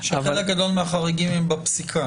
חלק גדול מהחריגים הם בפסיקה.